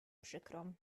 przykrą